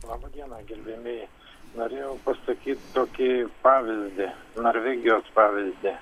labą dieną gerbiamieji norėjau pasakyt tokį pavyzdį norvegijos pavyzdį